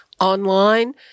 online